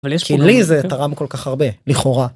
‫כי לי זה תרם כל כך הרבה, לכאורה.